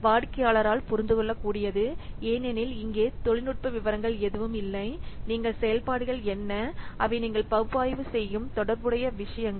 வாடிக்கையாளரால் புரிந்துகொள்ளக்கூடியது ஏனெனில் இங்கே தொழில்நுட்ப விவரங்கள் எதுவும் இல்லை நீங்கள் செயல்பாடுகள் என்ன அவை நீங்கள் பகுப்பாய்வு செய்யும் தொடர்புடைய விஷயங்கள்